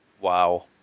Wow